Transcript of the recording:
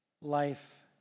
Life